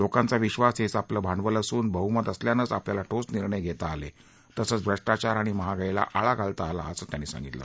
लोकांचा विश्वास हेच आपलं भांडवल असून बहुमत असल्यानंच आपल्याला ठोस निर्णय घेता आले तसंच भ्रष्टाचार आणि महागाईला आळा घालता आला असं त्यांनी सांगितलं